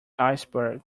iceberg